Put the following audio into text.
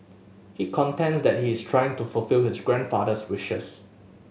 he contends that he is trying to fulfil his grandfather's wishes